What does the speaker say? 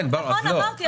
נכון, אמרתי.